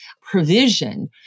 provision